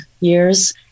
years